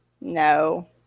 No